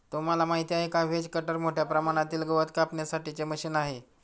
तुम्हाला माहिती आहे का? व्हेज कटर मोठ्या प्रमाणातील गवत कापण्यासाठी चे मशीन आहे